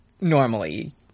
normally